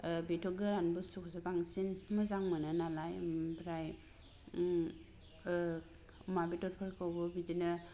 बेथ' गोरान बुस्थुखौ बांसिन मोजां मोनो नालाय आमफ्राय अमा बेदर फोरखौ बिदिनो